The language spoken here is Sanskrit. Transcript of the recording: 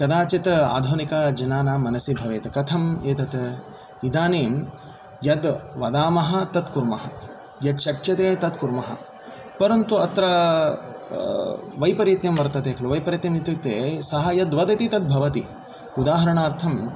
कदाचित् आधुनिकजनानां मनसि भवेत् कथम् एतत् इदानीं यत् वदामः तत् कुर्मः यत् शक्यते तत् कुर्मः परन्तु अत्र वैपरीत्यं वर्तते खलु वैपरीत्यम् इत्युक्ते सः यद्वदति तद्भवति उदाहरणार्थं